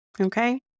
okay